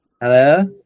Hello